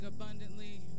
abundantly